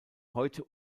heute